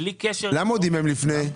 למה הוא דימם לפני?